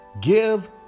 Give